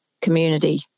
community